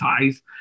ties